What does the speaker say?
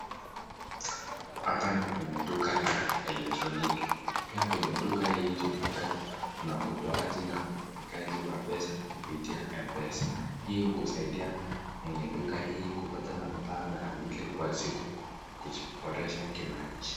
Hapa ni kwenye duka la elektroniki pia kwenye duka hii tunapata kuna utoaji na uwekaji wa pesa kupitia Mpesa. Hii husaidia mwenye duka hii kupata manufaa mara mbili kwa siku kujiboresha kimaisha.